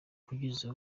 kugeza